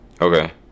Okay